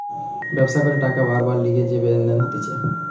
ব্যবসা করে টাকা বারবার লিগে যে লেনদেন হতিছে